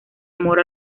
amor